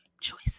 choices